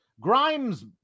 grimes